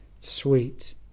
sweet